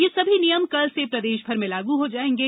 ये सभी नियम कल से प्रदेश भर में लागू हो जाएगे